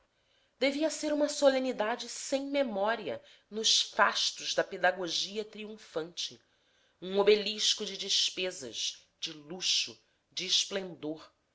devia ser uma solenidade sem memória nos fastos da pedagogia triunfante um obelisco de despesas de luxo de esplendor